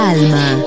Alma